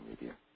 media